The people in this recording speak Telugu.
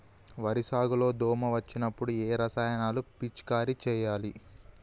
వరి సాగు లో దోమ వచ్చినప్పుడు ఏ రసాయనాలు పిచికారీ చేయాలి?